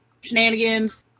shenanigans